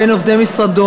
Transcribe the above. מבין עובדי משרדו,